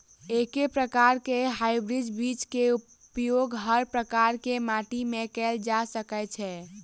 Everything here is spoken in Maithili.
एके प्रकार केँ हाइब्रिड बीज केँ उपयोग हर प्रकार केँ माटि मे कैल जा सकय छै?